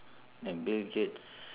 the bill gates